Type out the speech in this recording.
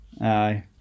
Aye